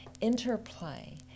interplay